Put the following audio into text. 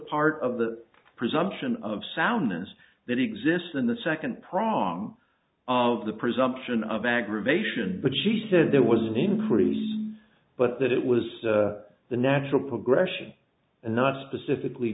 part of that presumption of soundness that exists in the second prong of the presumption of aggravation but she said there was an increase but that it was the natural progression and not specifically